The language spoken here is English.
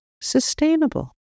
sustainable